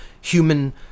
human